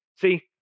See